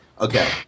Okay